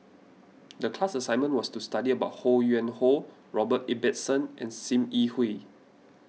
the class assignment was to study about Ho Yuen Hoe Robert Ibbetson and Sim Yi Hui